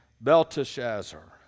Belteshazzar